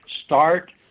start